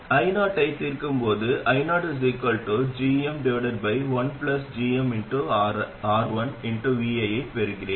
io ஐத் தீர்க்கும்போது iogm1gmR1vi ஐப் பெறுகிறேன்